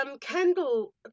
Kendall